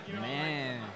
Man